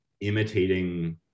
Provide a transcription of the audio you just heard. imitating